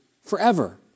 forever